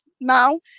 Now